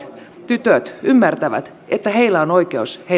tytöt ymmärtävät että heillä on oikeus